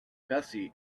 bessie